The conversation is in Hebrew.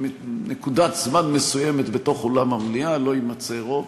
שבנקודת זמן מסוימת בתוך אולם המליאה לא יימצא רוב.